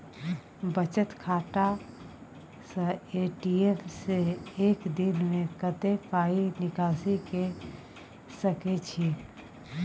बचत खाता स ए.टी.एम से एक दिन में कत्ते पाई निकासी के सके छि?